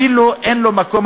אפילו אין לו מקום,